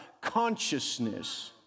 consciousness